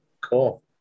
Cool